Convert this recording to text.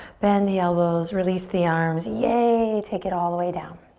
bend the elbows, release the arms. yay. take it all the way down.